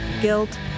guilt